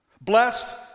Blessed